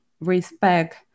respect